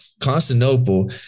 Constantinople